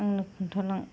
आंनो खोथालां